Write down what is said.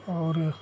और